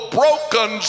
broken